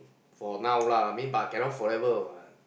for now lah mean but cannot forever what